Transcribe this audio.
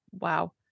Wow